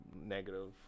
negative